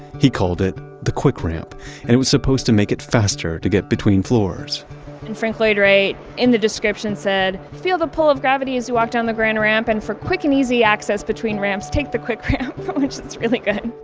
he called it the quick ramp and it was supposed to make it faster to get between floors and frank lloyd wright, in the description said, feel the pull of gravity as you walk down the grand ramp, and for quick and easy access between ramps, take the quick ramp from which is really good.